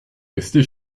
resté